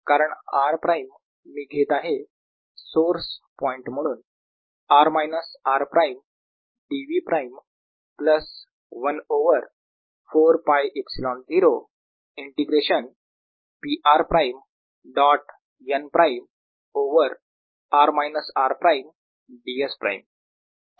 कारण r prime मी घेत आहे सोर्स पॉईंट म्हणून r minus r prime dv prime plus 1 over 4 πε0 integration P r prime dot n prime over r minus r prime ds prime